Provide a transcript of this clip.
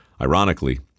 Ironically